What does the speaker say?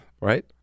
right